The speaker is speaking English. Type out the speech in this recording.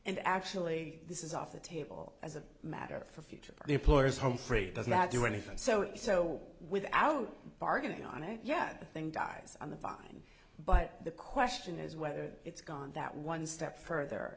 and actually this is off the table as a matter for future employers humphrey does not do anything so so without bargaining on it yet the thing dies on the vine but the question is whether it's gone that one step further